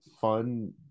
fun